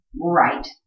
right